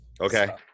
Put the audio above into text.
okay